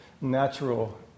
natural